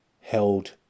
held